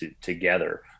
together